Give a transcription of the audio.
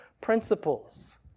principles